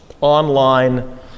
online